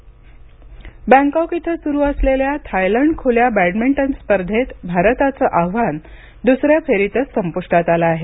badminton Bangkok इथं सुरू असलेल्या थायलंड खुल्या बॅडमिंटन स्पर्धेत भारताचं आव्हान दुसऱ्या फेरीतच संपुष्टात आलं आहे